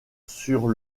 sur